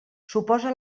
suposa